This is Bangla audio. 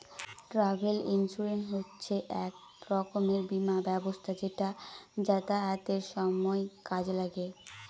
ট্রাভেল ইন্সুরেন্স হচ্ছে এক রকমের বীমা ব্যবস্থা যেটা যাতায়াতের সময় কাজে লাগে